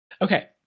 Okay